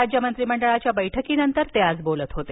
राज्य मंत्रिमंडळाच्या बैठकीनंतर ते आज बोलत होते